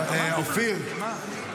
אופיר.